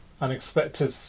unexpected